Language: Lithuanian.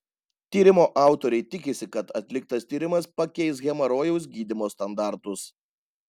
tyrimo autoriai tikisi kad atliktas tyrimas pakeis hemorojaus gydymo standartus